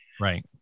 Right